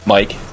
Mike